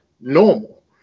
normal